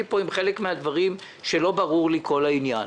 לגבי חלק מן הדברים בלי שברור לי כל העניין.